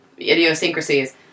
idiosyncrasies